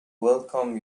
welcome